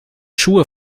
schuhe